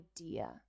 idea